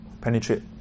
penetrate